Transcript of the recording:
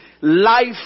life